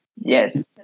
yes